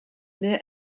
near